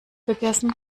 gegessen